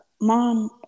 Mom